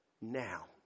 now